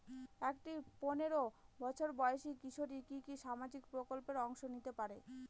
একটি পোনেরো বছর বয়সি কিশোরী কি কি সামাজিক প্রকল্পে অংশ নিতে পারে?